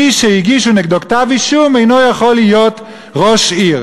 מי שהגישו נגדו כתב-אישום אינו יכול להיות ראש עיר.